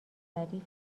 ظریفی